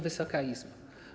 Wysoka Izbo!